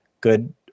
Good